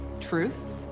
truth